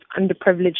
underprivileged